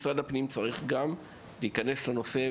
משרד הפנים גם צריך להיכנס לנושא,